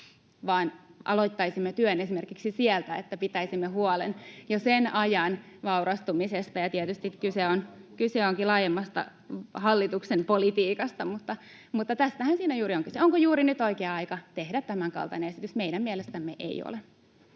aloittaisimme työn esimerkiksi siitä, että pitäisimme huolen jo sen ajan vaurastumisesta. Tietysti kyse onkin laajemmasta hallituksen politiikasta, mutta tästähän siinä juuri on kyse — onko juuri nyt oikea aika tehdä tämänkaltainen esitys? Meidän mielestämme ei ole.